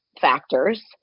factors